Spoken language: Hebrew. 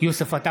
(קורא בשם חבר הכנסת) יוסף עטאונה,